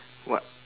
what